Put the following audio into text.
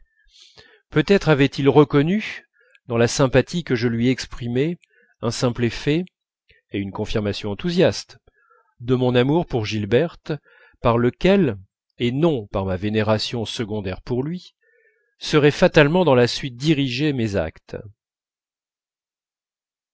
peut-être avait-il reconnu dans la sympathie que je lui exprimais un simple effet et une confirmation enthousiaste de mon amour pour gilberte par lequel et non par ma vénération secondaire pour lui seraient fatalement dans la suite dirigés mes actes